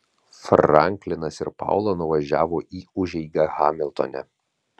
franklinas ir paula nuvažiavo į užeigą hamiltone